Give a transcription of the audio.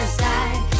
side